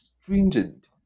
stringent